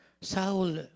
Saul